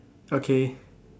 okay